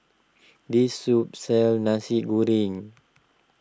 this soup sells Nasi Goreng